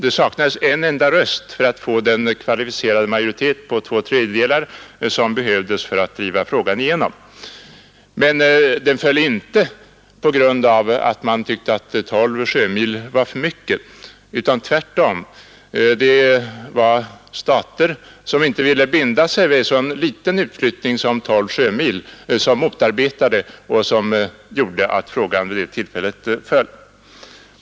Det saknades en enda röst för att man skulle få den kvalificerade majoritet på två tredjedelar som behövdes för att driva frågan igenom. Men den föll inte på grund av att man tyckte att 12 sjömil var för mycket, utan tvärtom — det var stater som inte ville binda sig vid en så liten utflyttning som 12 sjömil som motarbetade förslaget, vilket alltså ledde till att frågan vid det tillfället föll.